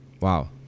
wow